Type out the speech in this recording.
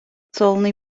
colný